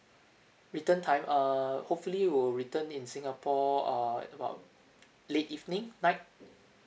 return time err hopefully we'll return in singapore err at about late evening night